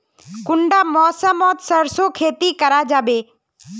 कुंडा मौसम मोत सरसों खेती करा जाबे?